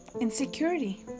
insecurity